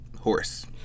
Horse